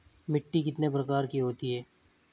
मिट्टी कितने प्रकार की होती हैं?